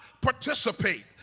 participate